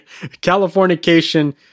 Californication